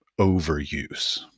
overuse